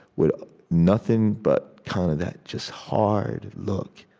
with nothing but kind of that, just, hard look.